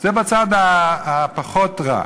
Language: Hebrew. זה בצד הפחות רע.